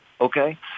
Okay